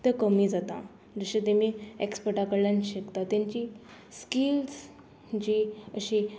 कमी जाता जशें तेमी एक्सपर्टा कडल्यान शिकता तेंची स्किल्स जी अशी